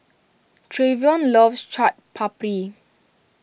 Trayvon loves Chaat Papri